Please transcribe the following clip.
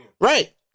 Right